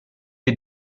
wir